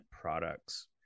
products